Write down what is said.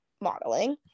modeling